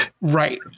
Right